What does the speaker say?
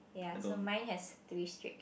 ya so mine has three streaks